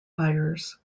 buyers